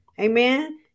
Amen